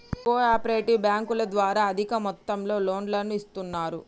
co operative బ్యాంకుల ద్వారా అధిక మొత్తంలో లోన్లను ఇస్తున్నరు